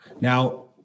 Now